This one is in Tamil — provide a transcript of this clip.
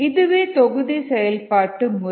இதுவே தொகுதி செயல்பாட்டு முறை